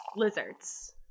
lizards